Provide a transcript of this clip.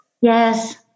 Yes